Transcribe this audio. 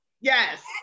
yes